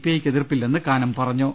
ഐയ്ക്ക് എതിർപ്പില്ലെന്ന് കാനം പറഞ്ഞു